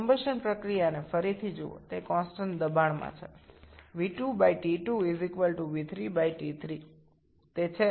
জ্বলন প্রক্রিয়া আবার দেখুন এটি স্থির চাপে হচ্ছে